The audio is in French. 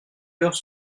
heures